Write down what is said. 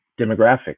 demographics